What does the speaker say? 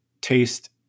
taste